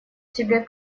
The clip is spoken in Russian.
тебе